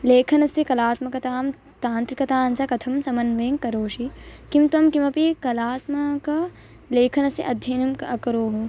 लेखनस्य कलात्मकतां तान्त्रिकाञ्च कथं समन्वयं करोषि किं त्वं किमपि कलात्मकलेखनस्य अध्ययनं कः अकरोः